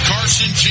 Carson